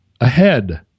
ahead